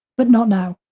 but not now.